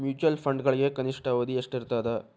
mutual ಫಂಡ್ಗಳಿಗೆ ಕನಿಷ್ಠ ಅವಧಿ ಎಷ್ಟಿರತದ